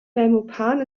belmopan